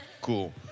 Cool